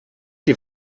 die